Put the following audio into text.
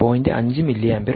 5 mA എടുക്കുന്നു